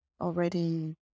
already